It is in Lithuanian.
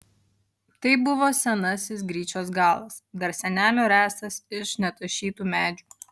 tai buvo senasis gryčios galas dar senelio ręstas iš netašytų medžių